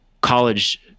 college